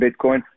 Bitcoin